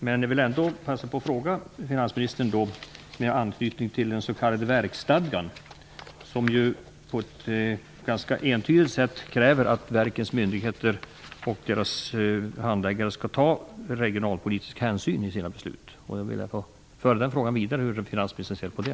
Men jag vill ändå passa på att ställa en fråga till finansministern med anknytning till den s.k. verksstadgan, som ju på ett ganska entydigt sätt kräver att myndigheterna, verken och deras handläggare skall ta regionalpolitiska hänsyn i sina beslut. Jag vill föra den frågan vidare. Hur ser finansministern på det?